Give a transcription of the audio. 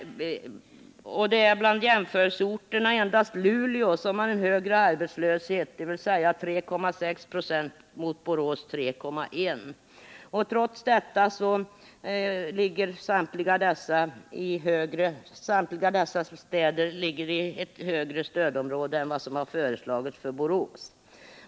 Det är bland jämförelseorterna endast Luleå som har en högre arbetslöshet, dvs. 3,6 ?6 mot Borås 3,1 26. Trots detta ligger samtliga dessa städer i högre stödområde än vad som har föreslagits för Borås.